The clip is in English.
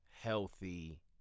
healthy